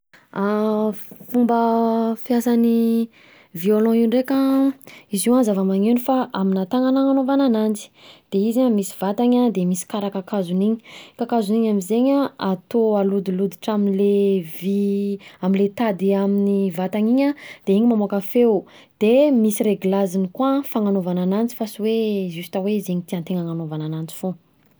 Fomba fiasan'ny violon io ndreka, izy io an zava-maneno fa aminà tanana agnanaovana ananjy, de izy io an misy vatany an de misy karaha kakazony iny, kakazony iny am'zeny atao alodiloditra amle vy amle tady amin'ny vatany iny an de iny mamoaka feo, de misy reglaziny koa fagnanaovana ananjy fa sy hoe: juste hoe zegny tian-tegna agnanaovany fogna.